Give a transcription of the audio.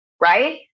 Right